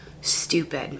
stupid